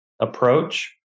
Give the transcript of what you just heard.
approach